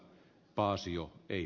paasio ei